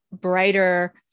brighter